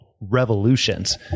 revolutions